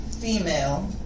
female